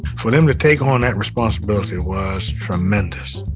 for them to take on that responsibility was tremendous,